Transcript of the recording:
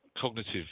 cognitive